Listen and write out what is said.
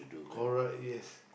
correct yes